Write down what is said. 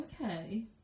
Okay